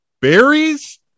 Berries